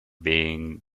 being